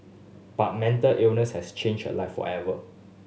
but mental illness has changed her life forever